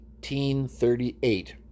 1838